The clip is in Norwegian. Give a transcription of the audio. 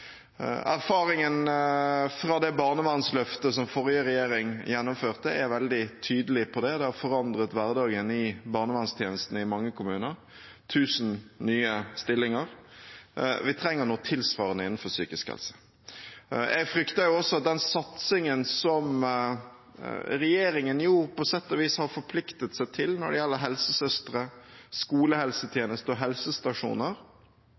Erfaringen fra det barnevernsløftet som forrige regjering gjennomførte, er veldig tydelig på det – det har forandret hverdagen i barnevernstjenesten i mange kommuner: 1 000 nye stillinger. Vi trenger noe tilsvarende innenfor psykisk helse. Jeg frykter også at den satsingen som regjeringen på sett og vis har forpliktet seg til når det gjelder helsesøstre,